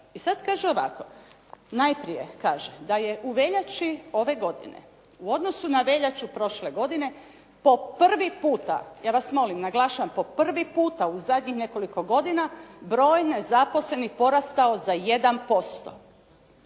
I sad kaže ovako. Najprije kaže da je u veljači ove godine u odnosu na veljaču prošle godine po prvi puta, ja vas molim, naglašavam, po prvi puta u zadnjih nekoliko godina broj nezaposlenih porastao za 1%.